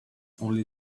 only